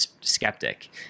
skeptic